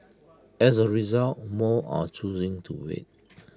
as A result more are choosing to wait